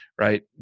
right